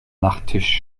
nachttisch